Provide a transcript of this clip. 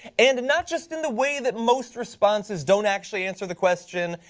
and not just in the way that most responses don't actually answer the question.